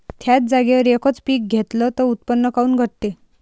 थ्याच जागेवर यकच पीक घेतलं त उत्पन्न काऊन घटते?